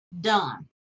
done